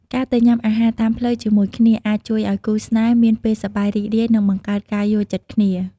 ការទៅញុំអាហារតាមផ្លូវជាមួយគ្នាអាចជួយឱ្យគូស្នេហ៍មានពេលសប្បាយរីករាយ និងបង្កើនការយល់ចិត្តគ្នា។